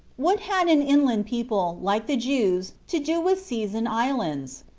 what had an inland people, like the jews, to do with seas and islands?